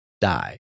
die